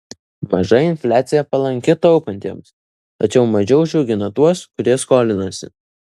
maža infliacija palanki taupantiems tačiau mažiau džiugina tuos kurie skolinasi